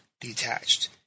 detached